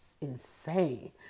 insane